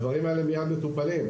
הדברים האלה מייד מטופלים.